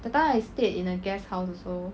that time I stayed in a guesthouse also